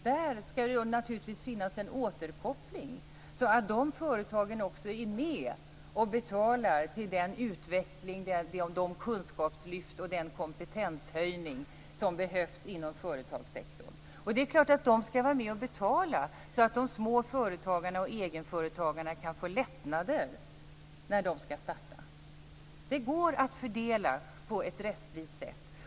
Där skall det naturligtvis finnas en återkoppling så att dessa företag också är med och betalar för den utveckling, det kunskapslyft och den kompetenshöjning som behövs inom företagssektorn. Det är klart att dessa företag skall vara med och betala så att de små företagen och egenföretagarna kan få lättnader när de skall starta. Det går att göra en rättvis fördelning.